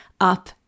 up